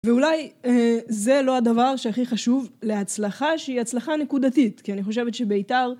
ואולי זה לא הדבר שהכי חשוב להצלחה שהיא הצלחה נקודתית כי אני חושבת שבית"ר